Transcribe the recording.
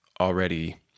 already